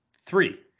Three